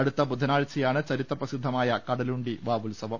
അടുത്ത ബുധനാഴ്ചയാണ് ചരിത്ര പ്രസിദ്ധമായ കട ലുണ്ടി വാവുത്സവം